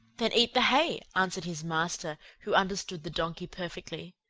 then eat the hay! answered his master, who understood the donkey perfectly.